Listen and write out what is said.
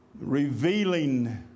revealing